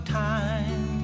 time